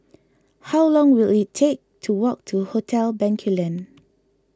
how long will it take to walk to Hotel Bencoolen